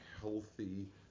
healthy